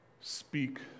Speak